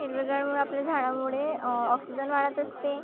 हिरवेगारमुळे आपल्या झाडामुळे ऑक्सिजन वाढत असते